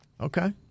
Okay